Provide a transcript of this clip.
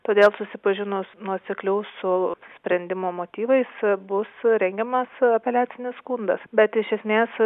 todėl susipažinus nuosekliau su sprendimo motyvais bus rengiamas apeliacinis skundas bet iš esmės